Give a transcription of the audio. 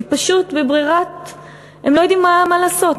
הם לא יודעים מה לעשות,